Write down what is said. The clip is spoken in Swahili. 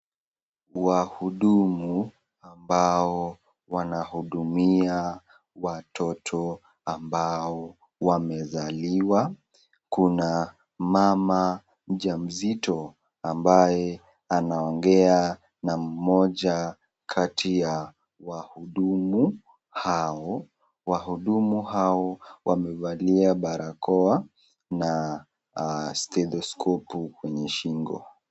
Wahudumu ambao wanahudumia watoto ambao wamezaliwa, kuna mama mjamzito ambaye anaongea na mmoja kati ya wale wahudumu hao. Wahudumu hao wamevalia barakoa na stethoskopu kwenye shingo.